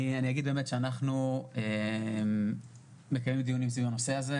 אני אגיד שאנחנו מקיימים דיונים על הנושא הזה,